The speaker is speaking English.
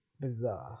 bizarre